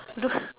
the